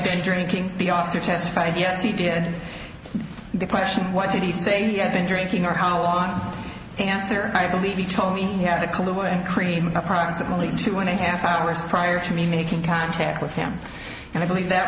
had drinking the officer testified yes he did the question why did he say he had been drinking your whole lot answer i believe he told me he had a clue and cream approximately two and a half hours prior to me making contact with him and i believe that